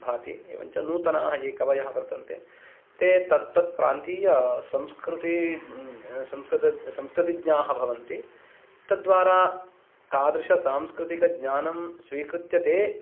भाति एवञ्च नूतनः ये कवयः वर्तन्ते ते तत्तत्प्रान्तीयसंस्कृति संस्कृतिज्ञाः भवन्ति तद्वारा तादृशसांस्कृतिकज्ञानं स्वीकृत्य ते